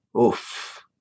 Oof